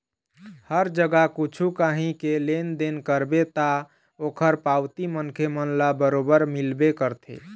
हर जगा कछु काही के लेन देन करबे ता ओखर पावती मनखे मन ल बरोबर मिलबे करथे